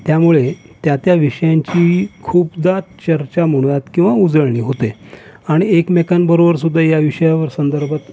त्यामुळे त्या त्या विषयांची खूपदा चर्चा म्हणूयात किंवा उजळणी होते आणि एकमेकांबरोबरसुद्धा या विषयावर संदर्भात